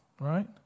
right